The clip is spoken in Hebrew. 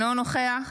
אינו נוכח